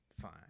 fine